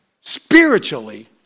spiritually